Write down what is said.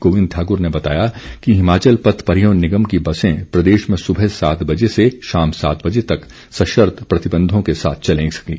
गोविंद ठाकुर ने बताया कि हिमाचल पथ परिवहन निगम की बसें प्रदेश में सुबह सात बजे से शाम सात बजे तक सशर्त प्रतिबंधों के साथ चल सकेंगी